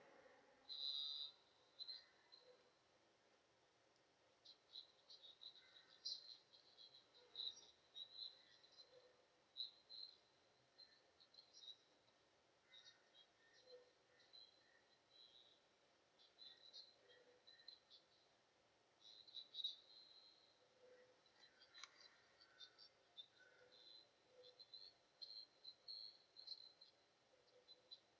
here